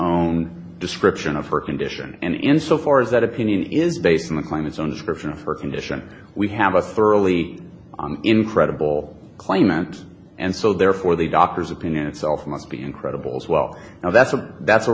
own description of her condition and in so far as that opinion is based on the claim its own description of her condition we have a thoroughly incredible claimant and so therefore the doctor's opinion itself must be incredible as well now that's a that's a